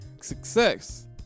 success